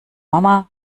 mama